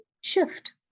shift